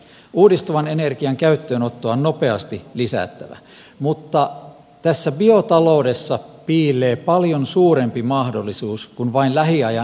uudistuvan energian käyttöönottoa on nopeasti lisättävä mutta tässä biotaloudessa piilee paljon suurempi mahdollisuus kuin vain lähiajan energiaratkaisut